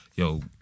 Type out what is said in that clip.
Yo